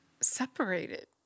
separated